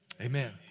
amen